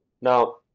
now